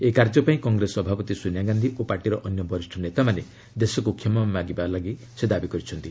ଏହି କାର୍ଯ୍ୟ ପାଇଁ କଂଗ୍ରେସ ସଭାପତି ସୋନିଆ ଗାନ୍ଧି ଓ ପାର୍ଟିର ଅନ୍ୟ ବରିଷ ନେତାମାନେ ଦେଶକୁ କ୍ଷମା ମାଗିବା ପାଇଁ ସେ ଦାବି କରିଛନ୍ତି